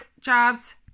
jobs